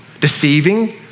deceiving